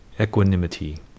equanimity